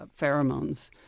pheromones